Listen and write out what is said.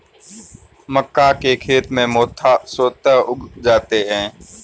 मक्का के खेत में मोथा स्वतः उग जाता है